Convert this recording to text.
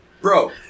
Bro